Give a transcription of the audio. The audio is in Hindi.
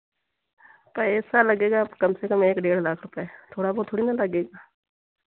पैसा लगेगा कम से कम एक डेढ़ लाख रुपये थोड़ा बहुत थोड़ी ना लगेगा